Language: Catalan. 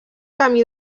camí